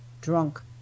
drunk